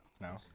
No